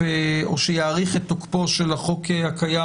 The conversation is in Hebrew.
שיאריך את תוקפו של החוק הקיים,